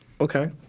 Okay